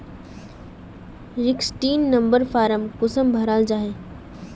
Sixteen number form कुंसम भराल जाछे?